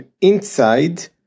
inside